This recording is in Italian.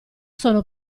sono